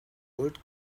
old